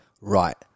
right